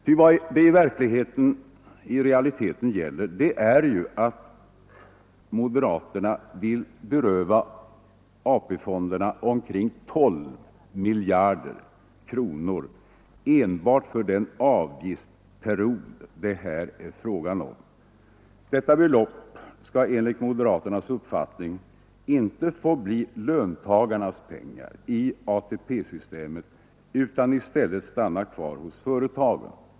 Ty vad det i realiteten gäller är ju att moderaterna vill beröva AP-fonderna omkring 12 miljarder kronor enbart för den avgiftsperiod det här är fråga om. Detta belopp skall enligt moderaternas uppfattning inte få bli löntagarnas pengar i ATP-systemet utan i stället stanna kvar hos företagen.